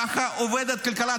ככה עובדת כלכלה.